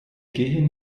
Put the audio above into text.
gehen